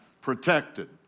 protected